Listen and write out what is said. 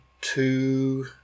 two